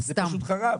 זה פשוט חראם.